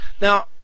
Now